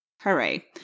Hooray